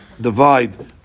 divide